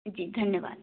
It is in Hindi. जी धन्यवाद